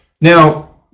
Now